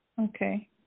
Okay